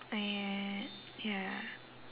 ah yeah ya